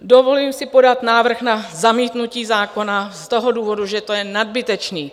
Dovoluji si podat návrh na zamítnutí zákona z toho důvodu, že to je nadbytečné.